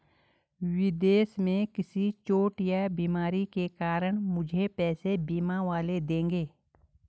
विदेश में किसी चोट या बीमारी के कारण मुझे पैसे बीमा वाले देंगे